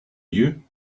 you